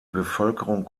bevölkerung